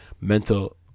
mental